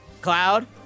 Cloud